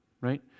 right